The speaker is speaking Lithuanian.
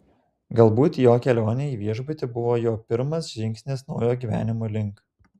galbūt jo kelionė į viešbutį buvo jo pirmas žingsnis naujo gyvenimo link